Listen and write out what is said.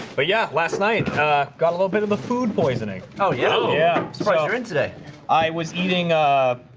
but yeah last night got a little bit of a food poisoning. oh yeah, yeah today i was eating ah